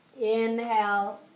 Inhale